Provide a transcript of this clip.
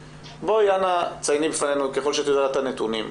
אנא צייני בפנינו ככל שאת יודעת את הנתונים,